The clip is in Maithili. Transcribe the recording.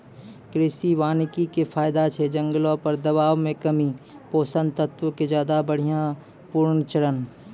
कृषि वानिकी के फायदा छै जंगलो पर दबाब मे कमी, पोषक तत्वो के ज्यादा बढ़िया पुनर्चक्रण